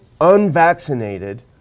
unvaccinated